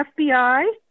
FBI